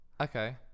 Okay